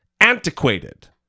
antiquated